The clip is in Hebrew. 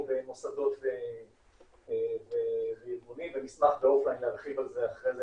מוסדות וארגונים ונשמח להרחיב על זה אחרי זה